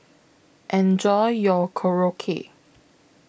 Enjoy your Korokke